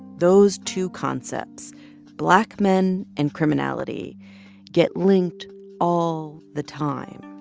those two concepts black men and criminality get linked all the time.